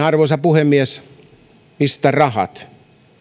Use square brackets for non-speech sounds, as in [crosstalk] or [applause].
[unintelligible] arvoisa puhemies mistä rahat